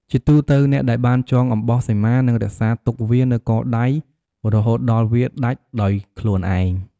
ជាទូទៅ អ្នកដែលបានចងអំបោះសីមានឹងរក្សាទុកវានៅកដៃរហូតដល់វាដាច់ដោយខ្លួនឯង។